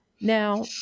Now